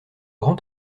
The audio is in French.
grand